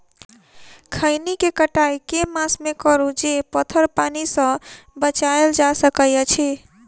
खैनी केँ कटाई केँ मास मे करू जे पथर पानि सँ बचाएल जा सकय अछि?